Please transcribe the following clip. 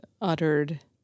uttered